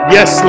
Yes